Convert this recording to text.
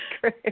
great